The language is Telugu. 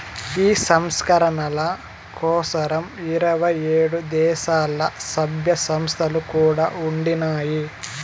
ఈ సంస్కరణల కోసరం ఇరవై ఏడు దేశాల్ల, సభ్య సంస్థలు కూడా ఉండినాయి